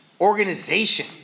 organization